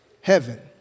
heaven